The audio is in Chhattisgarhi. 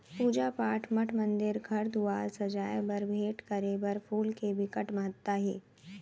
पूजा पाठ, मठ मंदिर, घर दुवार सजाए बर, भेंट करे बर फूल के बिकट महत्ता हे